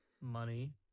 money